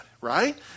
right